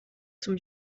zum